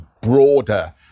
broader